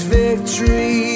victory